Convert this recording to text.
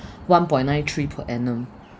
one point nine three per annum